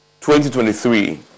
2023